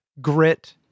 grit